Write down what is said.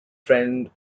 friend